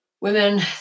women